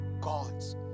gods